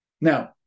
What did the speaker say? Now